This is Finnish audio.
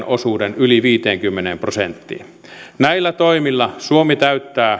osuuden yli viiteenkymmeneen prosenttiin näillä toimilla suomi täyttää